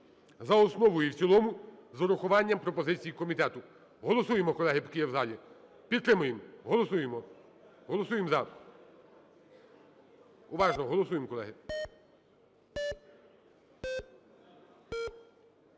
за основу і в цілому з урахуванням пропозицій комітету. Голосуємо, колеги, поки є в залі. Підтримуємо! Голосуємо. Голосуємо "за". Уважно! Голосуємо, колеги.